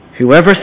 Whoever